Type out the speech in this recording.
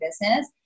business